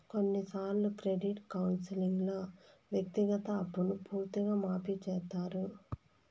కొన్నిసార్లు క్రెడిట్ కౌన్సిలింగ్లో వ్యక్తిగత అప్పును పూర్తిగా మాఫీ చేత్తారు